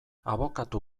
abokatu